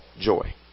joy